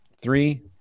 Three